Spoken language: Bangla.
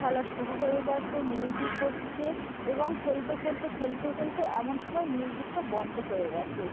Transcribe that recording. খেলা শুরু হয়ে গিয়েছে মিউজিক হচ্ছে এবং খেলতে খেলতে খেলতে খেলতে এমন সময় মিউজিকটা বন্ধ হয়ে গিয়েছে